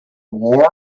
war